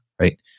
right